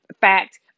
fact